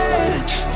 edge